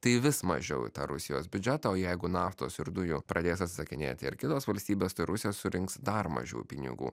tai vis mažiau į tą rusijos biudžetą o jeigu naftos ir dujų pradės atsakinėti ar kitos valstybės tai rusija surinks dar mažiau pinigų